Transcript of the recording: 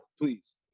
please